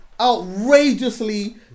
Outrageously